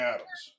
Adams